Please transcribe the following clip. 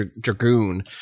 Dragoon